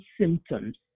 symptoms